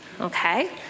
Okay